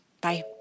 Bye